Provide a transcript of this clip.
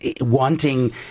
wanting